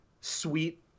sweet